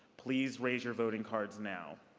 please raise your voting cards now.